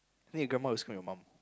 why your grandma listen to your mum